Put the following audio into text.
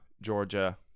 Georgia